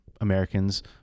Americans